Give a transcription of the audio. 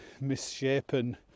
misshapen